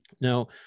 now